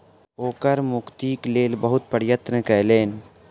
ओ कर मुक्तिक लेल बहुत प्रयत्न कयलैन